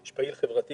יש פעיל חברתי